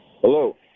Hello